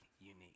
unique